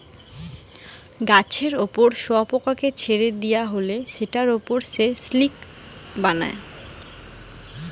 গাছের উপর শুয়োপোকাকে ছেড়ে দিয়া হলে সেটার উপর সে সিল্ক বানায়